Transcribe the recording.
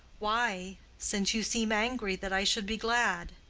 why since you seem angry that i should be glad?